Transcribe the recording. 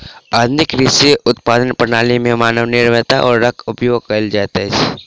आधुनिक कृषि उत्पादनक प्रणाली में मानव निर्मित उर्वरक के उपयोग कयल जाइत अछि